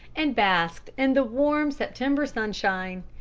and basked in the warm september sunshine.